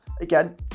Again